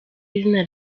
izina